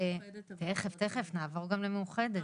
תיכף נעבור גם למאוחדת,